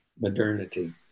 modernity